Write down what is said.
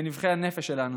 בנבכי הנפש שלנו,